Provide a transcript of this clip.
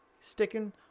sticking